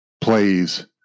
plays